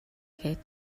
гээд